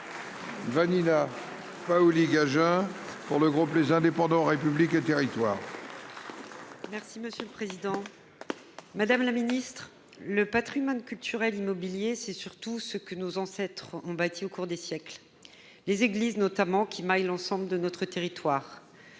Vanina Paoli-Gagin, pour le groupe Les Indépendants - République et Territoires.